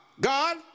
God